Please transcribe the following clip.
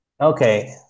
Okay